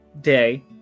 day